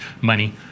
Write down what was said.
money